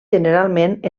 generalment